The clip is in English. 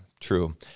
true